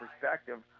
perspective